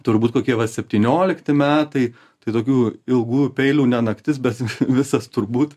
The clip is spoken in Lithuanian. turbūt tokie va septyniolikti metai tai tokių ilgų peilių ne naktis bet visas turbūt